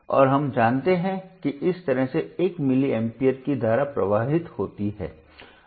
और हम जानते हैं कि इस तरह से 1 मिली एम्पियर की धारा प्रवाहित होती है